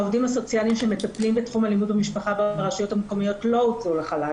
העובדים הסוציאליים שמטפלים בתחום האלימות במשפחה לא הוצאו לחל"ת,